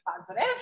positive